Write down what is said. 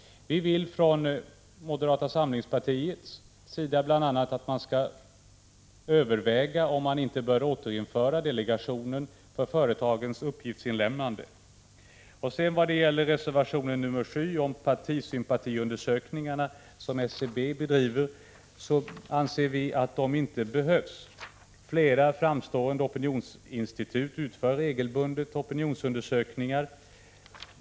Vi vill från moderaternas sida bl.a. att man skall överväga om vi inte bör återinföra delegationen för företagens uppgiftsinlämnande. Slutligen reservation 6. Vi anser att de partisympatiundersökningar som SCB bedriver inte behövs. Flera framstående opinionsinstitut utför regelbundet opinionsundersökningar.